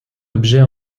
objet